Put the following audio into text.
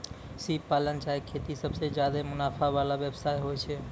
सिप पालन चाहे खेती सबसें ज्यादे मुनाफा वला व्यवसाय होय छै